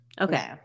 Okay